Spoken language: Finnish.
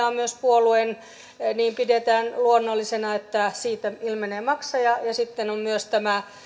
on myös puolue pidetään luonnollisena että siitä ilmenee maksaja sitten on myös tämä